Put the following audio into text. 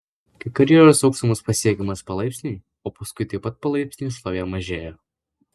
kai karjeros aukštumos pasiekiamos palaipsniui o paskui taip pat palaipsniui šlovė mažėja